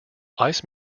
ice